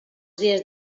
dies